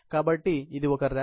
కాబట్టి ఇది ఒక రాక్